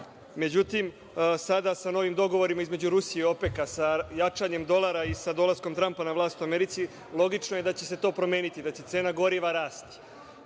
Međutim, sada sa novim dogovorima Rusije i OPEK-a, sa jačanjem dolara i sa dolaskom Trampa na vlast u Americi, logično je da će se to promeniti, da će cena goriva rasti. Da